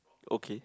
okay